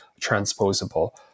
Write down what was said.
transposable